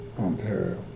Ontario